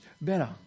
better